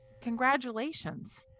congratulations